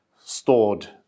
stored